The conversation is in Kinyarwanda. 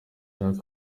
kubaka